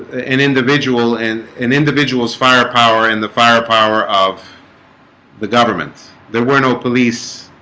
an individual and an individual's firepower in the firepower of the government there were no police